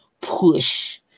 push